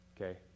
Okay